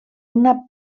una